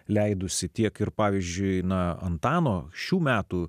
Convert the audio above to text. leidusi tiek ir pavyzdžiui nuo antano šių metų